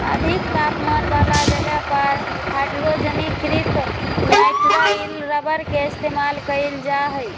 अधिक तापमान वाला जगह पर हाइड्रोजनीकृत नाइट्राइल रबर के इस्तेमाल कइल जा हई